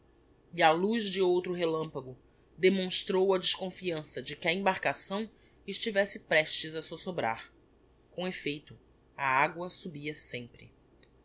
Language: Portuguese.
e á luz de outro relampago demonstrou a desconfiança de que a embarcação estivesse prestes a sossobrar com effeito a agua subia sempre